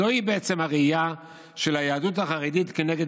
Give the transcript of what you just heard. זוהי בעצם הראייה של היהדות החרדית כנגד